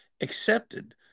accepted